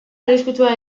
arriskutsua